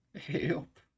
Help